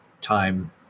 time